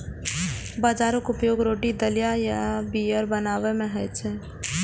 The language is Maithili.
बाजराक उपयोग रोटी, दलिया आ बीयर बनाबै मे होइ छै